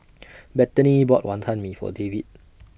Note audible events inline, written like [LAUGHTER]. [NOISE] Bethany bought Wantan Mee For David